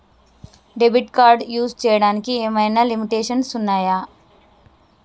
Debit card use చేయడానికి ఏమైనా limitations ఉన్నాయా?